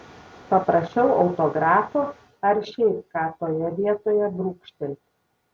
paprašiau autografo ar šiaip ką toje vietoje brūkštelti